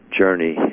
journey